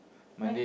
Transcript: right